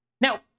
Now